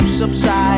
subside